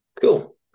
Cool